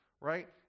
right